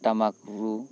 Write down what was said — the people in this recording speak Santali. ᱴᱟᱢᱟᱠ ᱨᱩ